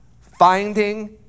finding